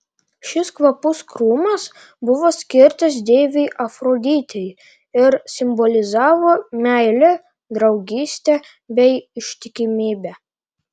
šis kvapus krūmas buvo skirtas deivei afroditei ir simbolizavo meilę draugystę bei ištikimybę